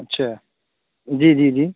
اچھا جی جی جی